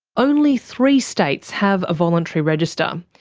only three states have a voluntary register. um